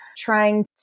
trying